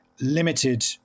limited